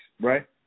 right